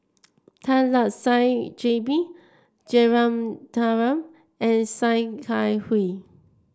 Tan Lark Sye J B Jeyaretnam and Sia Kah Hui